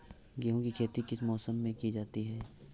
गेहूँ की खेती किस मौसम में की जाती है?